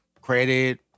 credit